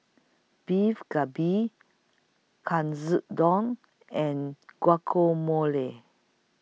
Beef Galbi Katsudon and Guacamole